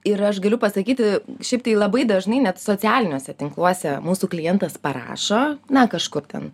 ir aš galiu pasakyti šiaip tai labai dažnai net socialiniuose tinkluose mūsų klientas parašo na kažkur ten